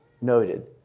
noted